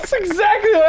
exactly yeah